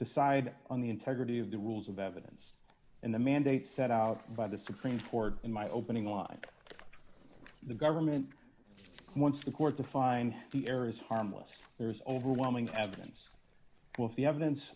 decide on the integrity of the rules of evidence and the mandate set out by the supreme court in my opening line the government wants the court to find the areas harmless there's overwhelming evidence of the evidence